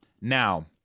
Now